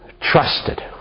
trusted